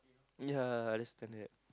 ya that's standard